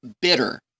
bitter